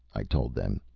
i told them.